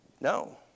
No